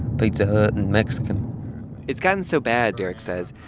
pizza hut and mexican it's gotten so bad, derek says,